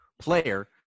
player